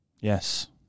yes